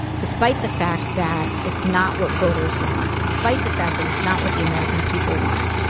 despite the fact that it's not what voters want, despite the fact that it's not what the american people want,